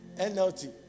NLT